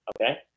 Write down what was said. Okay